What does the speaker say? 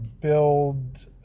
build